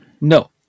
No